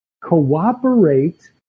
cooperate